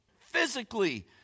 physically